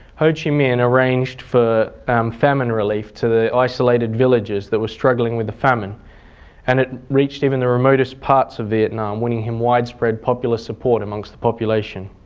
ho chi minh arranged for famine relief to the isolated villages that were struggling with the famine and it reached even the remotest parts of vietnam winning him widespread popular support amongst the population.